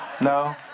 no